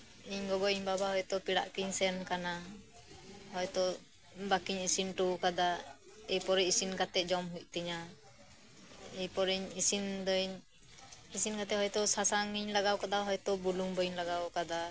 ᱤᱧ ᱜᱚᱜᱚ ᱤᱧ ᱵᱟᱵᱟ ᱦᱚᱭᱛᱚ ᱯᱮᱲᱟᱜᱠᱤᱱ ᱥᱮᱱ ᱟᱠᱟᱱᱟ ᱦᱚᱭᱛᱚ ᱵᱟᱹᱠᱤᱱ ᱤᱥᱤᱱ ᱦᱚᱴᱚ ᱟᱠᱟᱫᱟ ᱮᱨᱯᱚᱨᱮ ᱤᱥᱤᱱ ᱠᱟᱛᱮᱫ ᱡᱚᱢ ᱦᱳᱭᱳᱜ ᱛᱤᱧᱟᱹ ᱮᱯᱚᱨᱮᱧ ᱤᱥᱤᱱᱫᱟᱹᱧ ᱤᱥᱤᱱ ᱠᱟᱛᱮᱫ ᱦᱳᱭᱛᱚ ᱥᱟᱥᱟᱝ ᱤᱧ ᱞᱟᱜᱟᱣ ᱟᱠᱟᱫᱟ ᱦᱳᱭᱛᱚ ᱵᱩᱞᱩᱝ ᱵᱟᱹᱧ ᱞᱟᱜᱟᱣ ᱟᱠᱟᱫᱟ